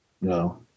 No